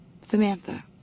Samantha